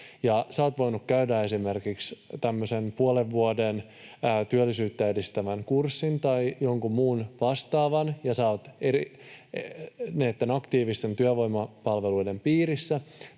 sinä olet voinut käydä esimerkiksi tämmöisen puolen vuoden työllisyyttä edistävän kurssin tai jonkun muun vastaavan ja sinä olet näitten aktiivisten työvoimapalveluiden piirissä,